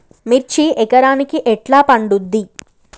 మిర్చి ఎకరానికి ఎట్లా పండుద్ధి?